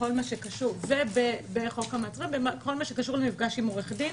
בכל מה שקשור במפגש עם עורך הדין,